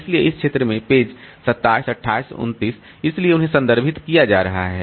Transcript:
इसलिए इस क्षेत्र में पेज 27 28 29 इसलिए उन्हें संदर्भित किया जा रहा है